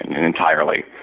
entirely